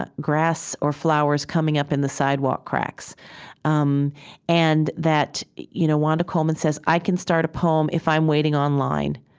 but grass or flowers coming up in the sidewalk cracks um and you know wanda coleman says, i can start a poem if i'm waiting on line.